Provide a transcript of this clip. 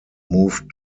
moved